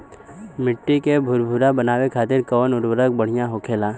मिट्टी के भूरभूरा बनावे खातिर कवन उर्वरक भड़िया होखेला?